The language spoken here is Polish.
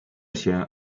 się